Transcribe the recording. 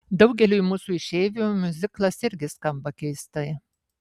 daugeliui mūsų išeivių miuziklas irgi skamba keistai